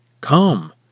Come